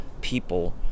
people